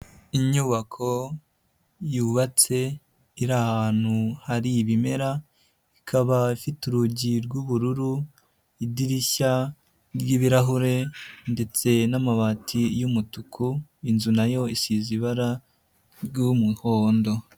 Inyubako yubatse iri ahantu hari ibimera, ikaba ifite urugi rw'ubururu, idirishya ry'ibirahure ndetse n'amabati y'umutuku, inzu nayo isize ibara ry'umuhondo.